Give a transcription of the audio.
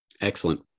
Excellent